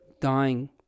dying